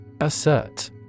Assert